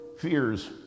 fears